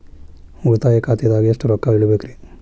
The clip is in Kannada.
ಉಳಿತಾಯ ಖಾತೆದಾಗ ಎಷ್ಟ ರೊಕ್ಕ ಇಡಬೇಕ್ರಿ?